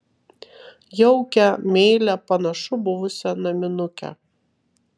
jaukią meilią panašu buvusią naminukę